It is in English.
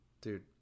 Dude